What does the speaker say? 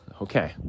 okay